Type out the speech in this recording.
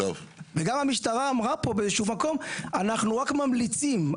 וגם המשטרה אמרה פה: אנחנו רק ממליצים,